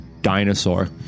dinosaur